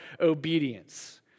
obedience